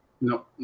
No